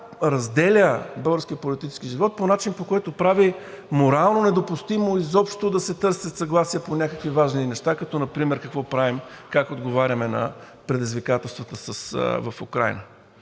разделя българския политически живот по начин, по който прави морално недопустимо изобщо да се търсят съгласия по някакви важни неща, като например какво правим, как отговаряме на предизвикателствата в Украйна.